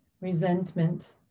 resentment